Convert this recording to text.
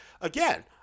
again